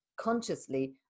consciously